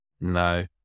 No